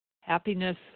happiness